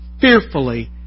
fearfully